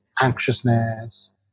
anxiousness